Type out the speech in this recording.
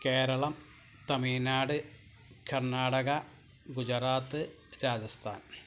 Keralam Tamil Nadu Karnataka Gujarat Rajasthan